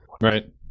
right